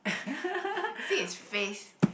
you see his face